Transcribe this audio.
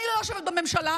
אני לא יושבת בממשלה,